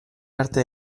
arte